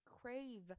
crave